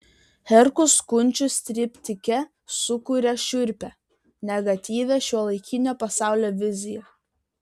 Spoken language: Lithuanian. herkus kunčius triptike sukuria šiurpią negatyvią šiuolaikinio pasaulio viziją